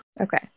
okay